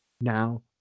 Now